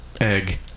egg